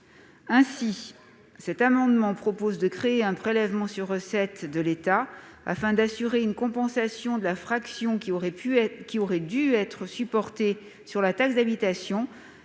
Ainsi, cet amendement tend à créer un prélèvement sur recettes de l'État, afin d'assurer une compensation de la fraction qui aurait dû être supportée sur la taxe d'habitation